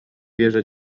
wierzę